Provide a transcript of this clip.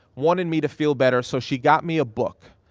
wanted me to feel better so she got me a book.